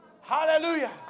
Hallelujah